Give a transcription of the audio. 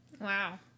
Wow